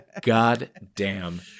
goddamn